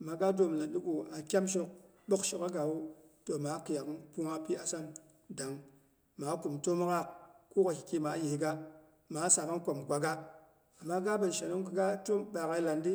Ama ga dwom landi gu a kyar shok ɓokshokgha gawu toh maa khiyakghi təma pi asam dang. Maa kum two mok'ghaak kogwaki ki maa yɨi ga maa samang komi kwaga. Amam gaabe shenong ko ga twom ɓaakyei landi